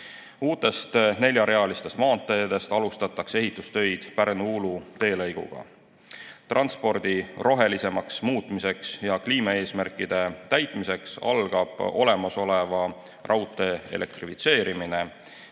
Uutest neljarealistest maanteedest alustatakse ehitustöid Pärnu-Uulu teelõigul. Transpordi rohelisemaks muutmiseks ja kliimaeesmärkide täitmiseks algab olemasoleva raudtee elektrifitseerimine,